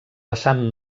vessant